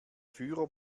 führer